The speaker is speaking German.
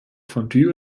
fondue